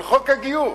על חוק הגיור.